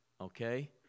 Okay